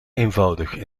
eenvoudig